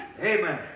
Amen